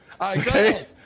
Okay